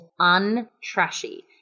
Untrashy